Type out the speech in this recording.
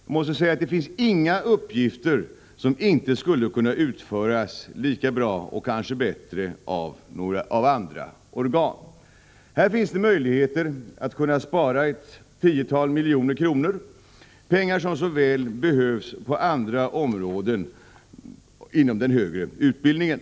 Jag måste säga att det inte finns några uppgifter som inte skulle kunna utföras lika bra och kanske bättre av andra organ. Här finns det möjlighet att spara ett tiotal miljoner, pengar som så väl behövs på andra områden inom den högre utbildningen.